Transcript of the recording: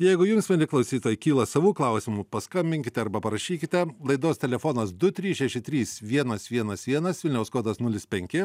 jeigu jums mieli klausytojai kyla savų klausimų paskambinkite arba parašykite laidos telefonas du trys šeši trys vienas vienas vienas vilniaus kodas nulis penki